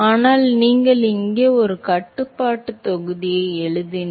ஆனால் நீங்கள் இங்கே ஒரு கட்டுப்பாட்டு தொகுதியை எழுதினால்